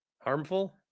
harmful